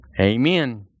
Amen